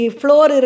floor